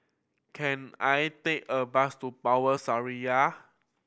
can I take a bus to Power Seraya